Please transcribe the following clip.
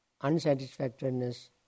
unsatisfactoriness